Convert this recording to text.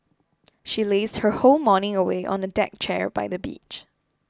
she lazed her whole morning away on the deck chair by the beach